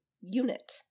unit